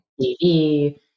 TV